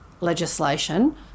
legislation